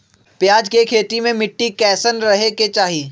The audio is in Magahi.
प्याज के खेती मे मिट्टी कैसन रहे के चाही?